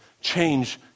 change